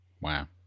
wow